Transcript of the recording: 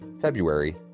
February